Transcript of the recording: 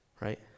right